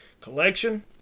collection